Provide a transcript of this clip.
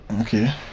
okay